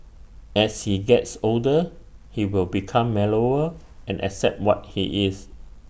as he gets older he will become mellower and accept what he is